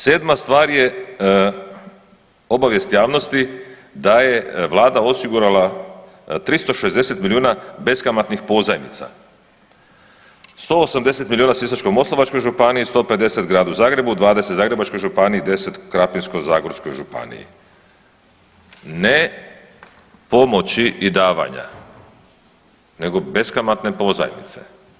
Sedma stvar je obavijest javnosti da je vlada osigurala 360 milijuna beskamatnih pozajmica, 180 milijuna Sisačko-moslavačkoj županiji, 150 Gradu Zagrebu, 20 Zagrebačkoj županiji i 10 Krapinsko-zagorskoj županiji ne pomoći i davanja nego beskamatne pozajmice.